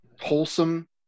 wholesome